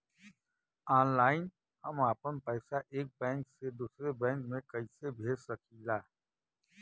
Online हम आपन पैसा एक बैंक से दूसरे बैंक में कईसे भेज सकीला?